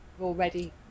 already